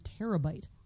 terabyte